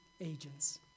agents